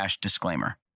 disclaimer